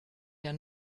der